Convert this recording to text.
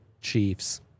Chiefs